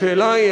השאלה היא,